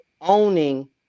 owning